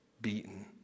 beaten